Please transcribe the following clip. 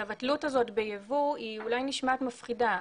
התלות הזו ביבוא אולי נשמעת מפחידה,